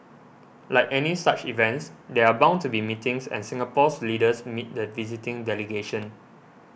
like any such events there are bound to be meetings and Singapore's leaders met the visiting delegation